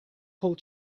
cold